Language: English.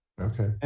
Okay